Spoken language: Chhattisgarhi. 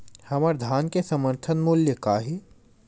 हमर धान के समर्थन मूल्य का हे?